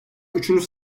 üçüncü